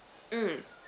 mm